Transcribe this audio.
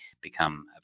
become